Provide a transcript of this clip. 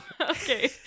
Okay